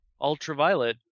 ultraviolet